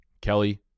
Kelly